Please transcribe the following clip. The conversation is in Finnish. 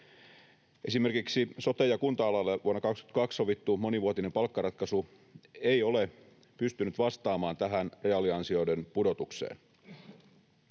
Esimerkiksi sote- ja kunta-alalla vuonna 22 sovittu monivuotinen palkkaratkaisu ei ole pystynyt vastaamaan tähän reaaliansioiden pudotukseen.